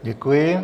Děkuji.